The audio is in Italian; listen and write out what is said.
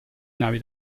navi